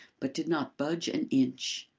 but did not budge an inch.